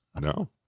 No